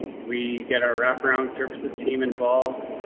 we get our wrap around services team involved.